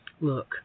look